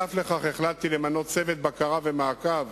נוסף על כך החלטתי למנות צוות בקרה ומעקב